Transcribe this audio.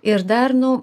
ir dar nu